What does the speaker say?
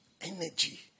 energy